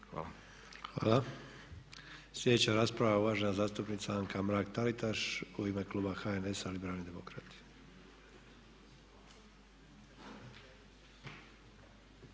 (HDZ)** Hvala. Sljedeća rasprava je uvažena zastupnica Anka Mrak- Taritaš u ime Kluba HNS-a liberalni demokrat.